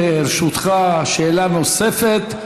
לרשותך שאלה נוספת,